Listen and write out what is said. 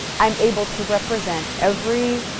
i'm able to represent every.